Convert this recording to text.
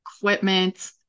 equipment